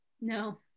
No